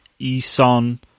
Eson